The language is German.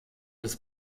des